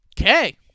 Okay